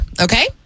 okay